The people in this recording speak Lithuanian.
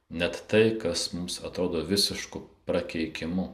net tai kas mums atrodo visišku prakeikimu